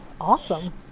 Awesome